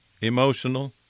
emotional